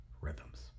Rhythms